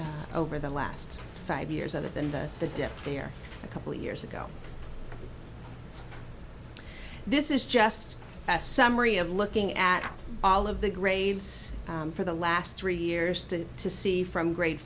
over the last five years other than that the dip there a couple of years ago this is just a summary of looking at all of the grades for the last three years to to see from grade